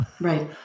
right